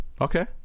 Okay